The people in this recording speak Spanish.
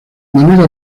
manera